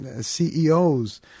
CEOs